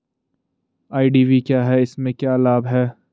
IDV क्या है इसमें क्या लाभ है?